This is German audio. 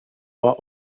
war